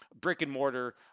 brick-and-mortar